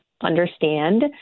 understand